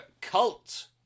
cult